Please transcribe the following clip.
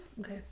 okay